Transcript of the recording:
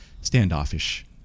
standoffish